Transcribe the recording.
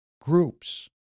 groups